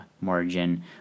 margin